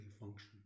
function